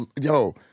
Yo